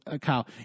Kyle